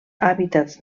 hàbitats